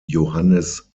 johannes